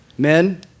Men